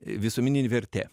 visuminė vertė